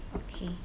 okay